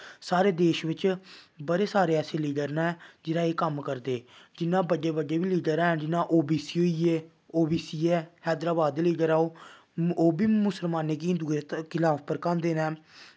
साढ़े देश बिच्च बड़े सारे ऐसे लीडर न जेह्ड़े एह् कम्म करदे जियां बड्डे बड्डे बी लीडर हैन जियां ओबीसी होई गे ओबीसी ऐ हैदराबाद दा लीडर ऐ ओह् ओह् बी मुसलमानें गी हिन्दुएं दे खलाफ भड़कांदे न